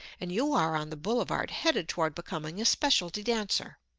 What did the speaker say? and you are on the boulevard headed toward becoming a specialty dancer.